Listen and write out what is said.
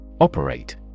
Operate